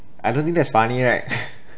I don't think that's funny right